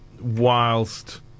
whilst